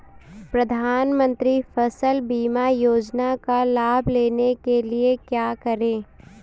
प्रधानमंत्री फसल बीमा योजना का लाभ लेने के लिए क्या करें?